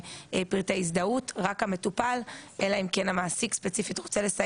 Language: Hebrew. אלא אם כן המעסיק ספציפית רוצה לסייע לו או לדעת מידע לגבי ההפרשות.